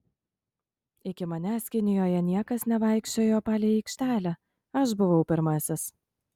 iki manęs kinijoje niekas nevaikščiojo palei aikštelę aš buvau pirmasis